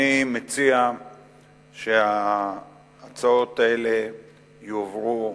אני מציע שההצעות האלה יועברו,